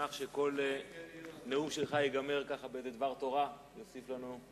נשמח אם כל נאום שלך ייגמר באיזה דבר תורה ויוסיף לנו.